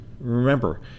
Remember